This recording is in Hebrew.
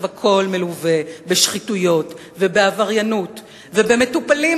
והכול מלווה בשחיתויות ובעבריינות ובמטופלים